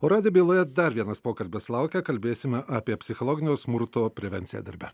o radijo byloje dar vienas pokalbis laukia kalbėsime apie psichologinio smurto prevenciją darbe